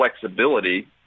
flexibility